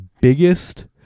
biggest